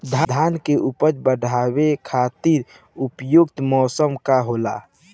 धान के उपज बढ़ावे खातिर उपयुक्त मौसम का होला?